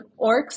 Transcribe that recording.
orcs